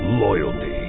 loyalty